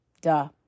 duh